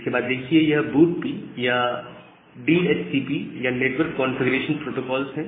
इसके बाद देखिए यह बूट पी या डीएचसीपी ये नेटवर्क कंफीग्रेशन प्रोटोकॉल्स हैं